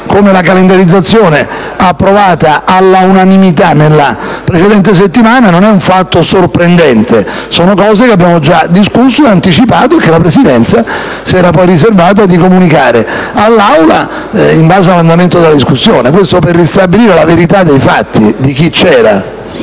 come la calendarizzazione approvata all'unanimità nella precedente settimana, non è un fatto sorprendente: sono cose di cui abbiamo già discusso e che abbiamo anticipato e che la Presidenza si era riservata di comunicare all'Aula in base all'andamento della discussione. Dico questo per ristabilire la verità dei fatti, per chi c'era.